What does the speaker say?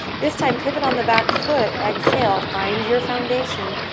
this time, pivot on the back foot. exhale, find your foundation.